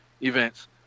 events